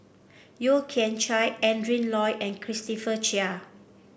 Yeo Kian Chye Adrin Loi and Christopher Chia